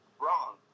wrong